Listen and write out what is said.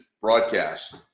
broadcast